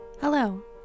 Hello